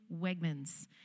Wegmans